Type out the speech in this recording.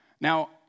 Now